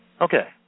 Okay